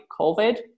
COVID